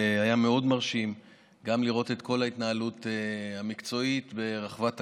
והיה מאוד מרשים גם לראות את כל ההתנהלות המקצועית ברחבת הכותל.